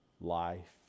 life